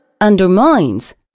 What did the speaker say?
undermines